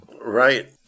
Right